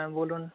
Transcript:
হ্যাঁ বলুন